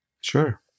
Sure